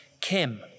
Kim